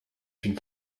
une